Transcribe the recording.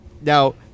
Now